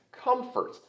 comfort